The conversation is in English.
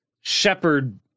shepherd